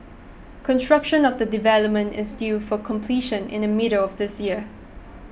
construction of the development is due for completion in the middle of this year